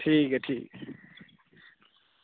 ठीक ऐ ठीक